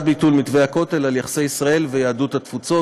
ביטול "מתווה הכותל" על יחסי ישראל ויהדות התפוצות,